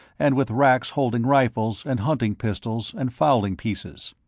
and with racks holding rifles and hunting pistols and fowling pieces.